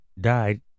died